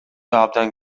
абдан